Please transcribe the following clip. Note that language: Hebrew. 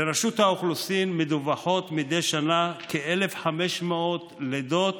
לרשות האוכלוסין מדווחות מדי שנה כ-1,500 לידות